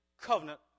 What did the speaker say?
covenant